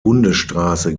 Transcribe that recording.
bundesstraße